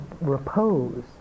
repose